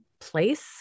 place